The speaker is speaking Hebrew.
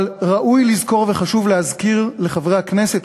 אבל ראוי לזכור וחשוב להזכיר לחברי הכנסת,